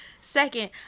Second